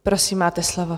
Prosím, máte slovo.